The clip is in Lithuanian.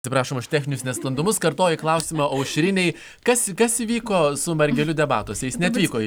atsiprašome už techninius nesklandumus kartoju klausimą aušrinei kas kas įvyko su margeliu debatuose jis neatvyko